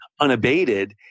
unabated